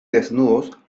desnudos